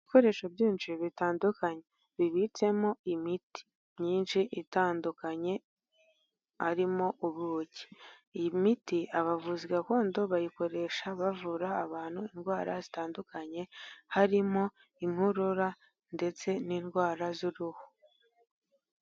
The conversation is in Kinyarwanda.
Ibikoresho byinshi bitandukanye, bibitsemo imiti myinshi itandukanye, harimo ubuki. Iyi miti abavuzi gakondo bayikoresha bavura abantu indwara zitandukanye, harimo inkorora ndetse n'indwara z'uruhu.